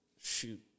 shoot